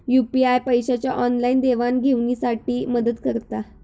UPI पैशाच्या online देवाणघेवाणी साठी मदत करता